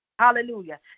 Hallelujah